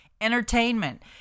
entertainment